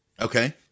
Okay